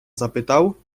zapytał